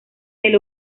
del